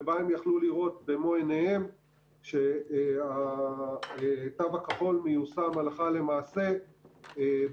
ובה הם יכלו לראות במו עיניהם שהתו הכחול מיושם הלכה למעשה בנתב"ג.